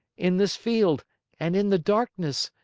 in this field and in the darkness,